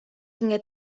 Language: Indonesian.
hingga